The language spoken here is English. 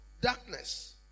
darkness